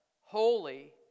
Holy